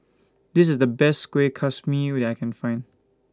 This IS The Best Kueh Kaswi that I Can Find